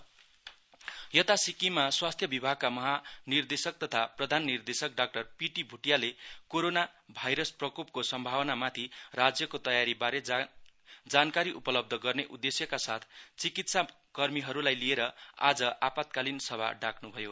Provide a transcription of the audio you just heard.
corona virus Sikkim यता सिक्किममा स्वास्थ्य विभागका महानिर्देशक तथा प्रधान निर्देशक डाक्टर पीटी भोटियाले कोरोना भाइरस प्रकोपको सम्भावनामाथि राज्यको तयारीबारे जानकारी उपलब्ध गर्ने उद्देश्यका साथ चिकित्सा कर्मीहरूलाई लिएर आज आपतकालिन सभा डाक्न भयो